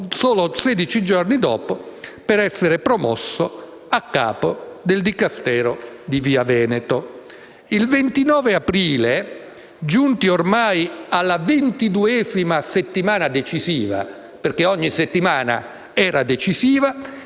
solo 16 giorni dopo per essere promosso a capo del Dicastero di Via Veneto. Il 29 aprile, giunti oramai alla ventiduesima «settimana decisiva» - perché ogni settimana era annunciata